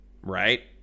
Right